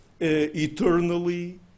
eternally